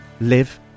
live